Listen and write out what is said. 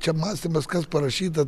čia mąstymas kas parašyta